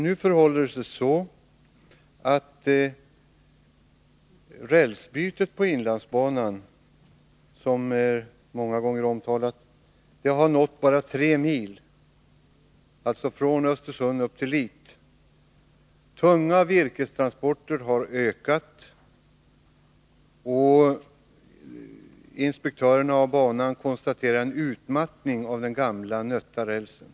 Nu förhåller det sig så, att rälsbytet på inlandsbanan, vilket många gånger omtalats, bara har nått tre mil — från Östersund och upp till Lit. Antalet tunga virkestransporter har ökat, och inspektörerna av banan konstaterar en utmattning av den gamla, nötta rälsen.